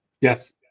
yes